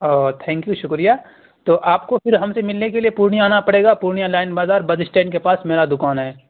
O thank you شکریہ تو آپ کو پھر ہم سے ملنے کے لیے پورنیہ آنا پڑے گا پورنیہ لائن بازار بس اسٹینڈ کے پاس میرا دکان ہے